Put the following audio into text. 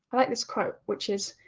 like this quote which is,